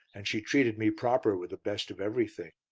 and she treated me proper with the best of everything.